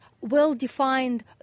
well-defined